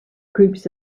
groups